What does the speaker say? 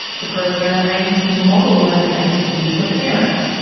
the program aims to model learning activities for parents,